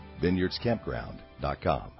VineyardsCampground.com